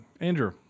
Andrew